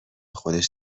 خودش